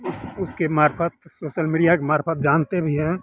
उस उसके मरीफ़त सोसल मीडिया के मारीफत जानते भी हैं